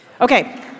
Okay